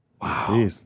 Wow